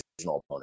opponent